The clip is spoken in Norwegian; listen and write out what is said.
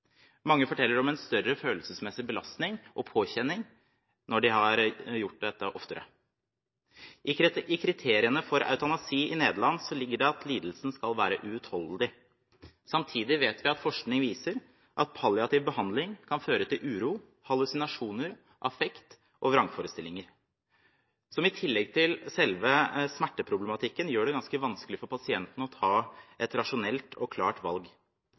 Mange forteller oftere om en større følelsesmessig belastning og påkjenning når de har gjort dette. I kriteriene for eutanasi i Nederland ligger det at lidelsen skal være uutholdelig. Samtidig vet vi at forskning viser at palliativ behandling kan føre til uro, hallusinasjoner, affekt og vrangforestillinger som, i tillegg til selve smerteproblematikken, gjør det ganske vanskelig for pasientene å ta et rasjonelt og klart valg.